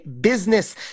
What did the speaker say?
business